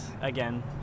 again